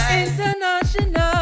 international